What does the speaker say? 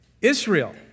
Israel